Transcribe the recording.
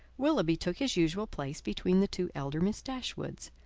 willoughby took his usual place between the two elder miss dashwoods.